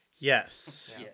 Yes